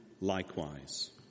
likewise